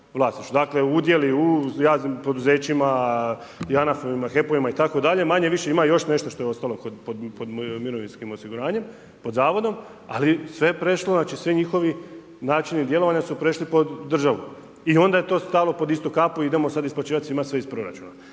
udjeli u u javnim poduzećima, JANAF-ovima, HEP-ovima itd. manje-više ima još nešto što je ostalo pod mirovinskim osiguranjem, pod zavodom, ali sve je prešlo, svi njihovi načini djelovanja su prešli pod državu i onda je to stalo pod istu kapu i idemo sad isplaćivat svima sve iz proračuna.